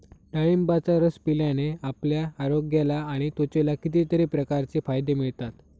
डाळिंबाचा रस पिल्याने आपल्या आरोग्याला आणि त्वचेला कितीतरी प्रकारचे फायदे मिळतात